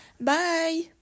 Bye